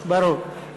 ברור.